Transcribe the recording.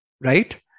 right